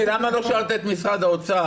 למה לא שאלת את משרד האוצר,